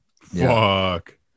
fuck